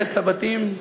הרס הבתים,